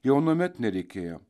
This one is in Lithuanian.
jau anuomet nereikėjo